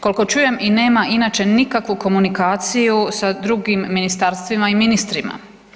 Koliko čujem i nema inače nikakvu komunikaciju sa drugim ministarstvima i ministrima.